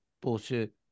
bullshit